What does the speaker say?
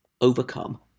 overcome